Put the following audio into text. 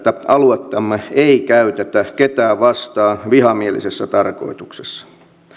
aluettamme ei käytetä ketään vastaan vihamielisessä tarkoituksessa